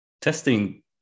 testing